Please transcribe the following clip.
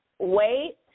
Wait